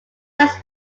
tax